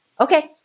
okay